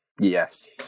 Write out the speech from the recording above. Yes